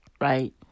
right